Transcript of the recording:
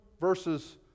versus